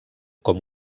com